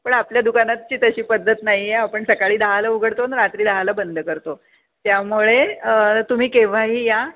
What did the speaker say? पण आपल्या दुकानातची तशी पद्धत नाही आहे आपण सकाळी दहाला उघडतो आणि रात्री दहाला बंद करतो त्यामुळे तुम्ही केव्हाही या